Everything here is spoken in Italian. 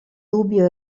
dubbio